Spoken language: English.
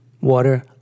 water